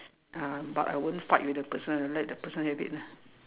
ah but I won't fight with the person I let the person have it ah